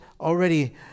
already